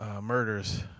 murders